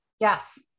Yes